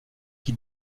qui